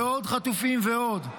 -- ועוד חטופים ועוד.